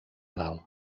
dalt